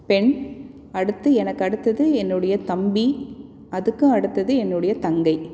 பெண் அடுத்து எனக்கு அடுத்தது என்னுடைய தம்பி அதுக்கும் அடுத்தது என்னுடைய தங்கை